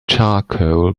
charcoal